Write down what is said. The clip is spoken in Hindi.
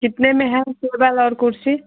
कितने में है टेबल और कुर्सी